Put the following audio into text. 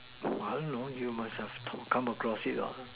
I don't know you must have come across it